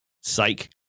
Psych